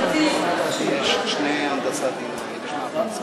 אנחנו עובדים אצל אנשים שפשטו רגל.